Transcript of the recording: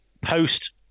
post